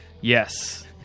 Yes